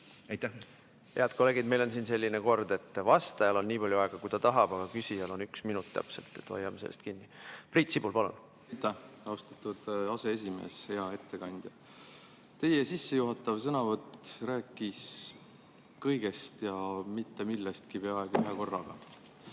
palun! Head kolleegid, meil on selline kord, et vastajal on nii palju aega, kui ta tahab, aga küsijal on täpselt üks minut. Hoiame sellest kinni! Priit Sibul, palun! Aitäh, austatud aseesimees! Hea ettekandja! Teie sissejuhatav sõnavõtt rääkis kõigest ja mitte millestki peaaegu ühekorraga.